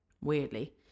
weirdly